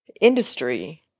industry